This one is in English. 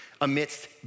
amidst